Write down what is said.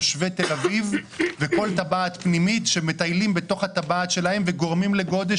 תושבי תל אביב וכל טבעת פנימית שמטיילים בתוך הטבעת שלהם וגורמים לגודש,